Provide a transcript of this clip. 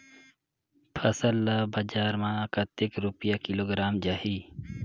फसल ला बजार मां कतेक रुपिया किलोग्राम जाही?